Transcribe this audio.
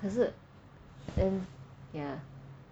可是 then ya